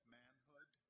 manhood